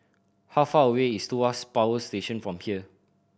how far away is Tuas Power Station from here